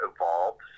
evolved